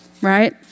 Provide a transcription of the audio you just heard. right